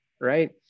Right